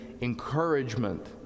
encouragement